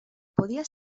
podía